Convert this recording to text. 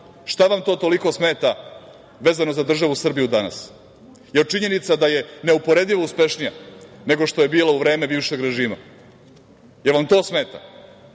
Šta vam to toliko smeta vezano za državu Srbiju danas, da li činjenica da je neuporedivo uspešnija nego što je bila u vreme bivšeg režima? Da li vam to smeta?